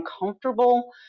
uncomfortable